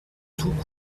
tout